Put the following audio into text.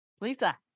Lisa